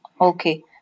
Okay